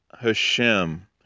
Hashem